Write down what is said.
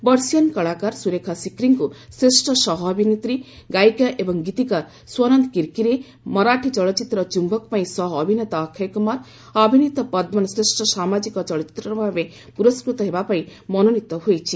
ବର୍ଷିୟାନ କଳାକାର ସୁରେଖା ସିକ୍ରିଙ୍କୁ ଶ୍ରେଷ୍ଠ ସହଅଭିନେତ୍ରୀ ଗାୟିକା ଏବଂ ଗୀତିକାର ସ୍ୱନନ୍ଦ କିର୍କିରେ ମରାଠି ଚଳଚ୍ଚିତ୍ର 'ଚ୍ୟୁକ' ପାଇଁ ସହଅଭିନେତା ଅକ୍ଷୟ କୁମାର ଅଭିନୀତ 'ପଦ୍ମନ' ଶ୍ରେଷ୍ଠ ସାମାଜିକ ଚଳଚ୍ଚିତ୍ର ଭାବେ ପୁରସ୍କୃତ ହେବା ପାଇଁ ମନୋନୀତ ହୋଇଛି